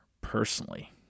personally